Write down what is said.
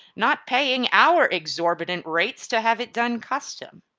not paying our exorbitant rates to have it done custom.